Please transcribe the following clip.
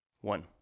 One